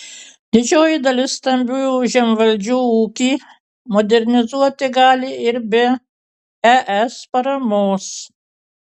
didžioji dalis stambiųjų žemvaldžių ūkį modernizuoti gali ir be es paramos